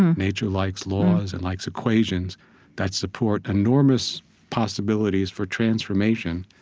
nature likes laws and likes equations that support enormous possibilities for transformation,